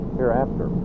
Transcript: hereafter